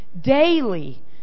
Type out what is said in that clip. daily